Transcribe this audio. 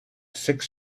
six